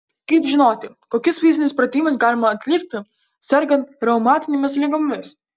kaip žinoti kokius fizinius pratimus galima atlikti sergant reumatinėmis ligomis